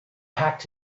packed